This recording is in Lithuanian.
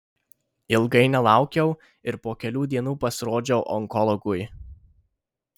ilgai nelaukiau ir po kelių dienų pasirodžiau onkologui